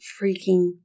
freaking